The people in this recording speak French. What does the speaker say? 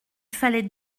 fallait